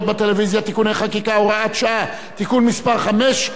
בטלוויזיה) (תיקוני חקיקה) (הוראות שעה) (תיקון מס' 5),